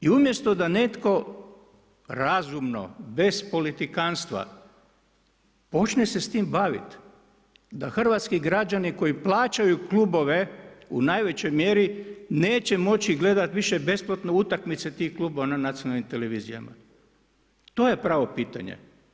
I umjesto da netko razumno, bez politikantstva počne se s tim baviti, da hrvatski građani koji plaćaju klubove u najvećoj mjeri neće moći gledati više besplatno utakmice tih klubova na nacionalnim televizijama, to je pravo pitanje.